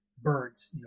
birds